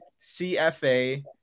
CFA